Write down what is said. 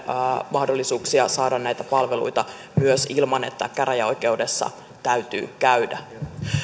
mahdollisuuksia saada näitä palveluita myös ilman että käräjäoikeudessa täytyy käydä